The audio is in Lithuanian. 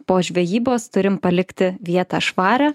po žvejybos turim palikti vietą švarią